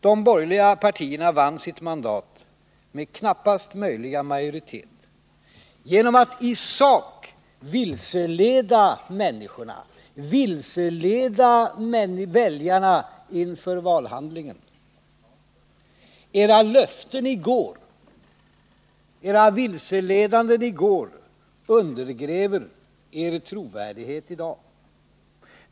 De borgerliga partierna vann sitt mandat med knappast möjliga majoritet genom att i sak vilseleda väljarna inför valhandlingen. De borgerligas löften i går, deras vilseledande i går, undergräver deras trovärdighet i dag.